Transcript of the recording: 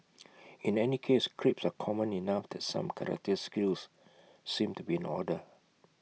in any case creeps are common enough that some karate skills seem to be in order